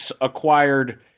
acquired